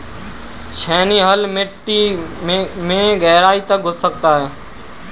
छेनी हल मिट्टी में गहराई तक घुस सकता है